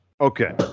Okay